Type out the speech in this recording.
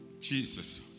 Jesus